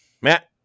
Matt